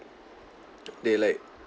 they like